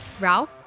Ralph